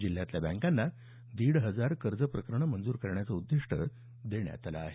जिल्ह्यातल्या बँकांना दीड हजार कर्ज प्रकरणं मंजूर करण्याचं उद्दिष्ट दिलं आहे